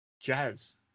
Jazz